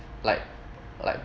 like like